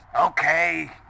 Okay